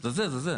זה הדבר הזה.